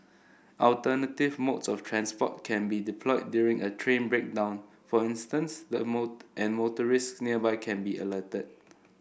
alternative modes of transport can be deployed during a train breakdown for instance that more and motorists nearby can be alerted